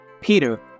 Peter